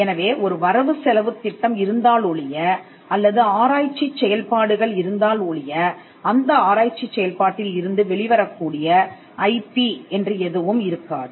எனவே ஒரு வரவு செலவுத் திட்டம் இருந்தாலொழிய அல்லது ஆராய்ச்சி செயல்பாடுகள் இருந்தால் ஒழிய அந்த ஆராய்ச்சிச் செயல்பாட்டில் இருந்து வெளிவரக்கூடிய ஐபி என்று எதுவும் இருக்காது